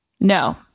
No